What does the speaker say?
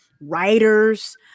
writers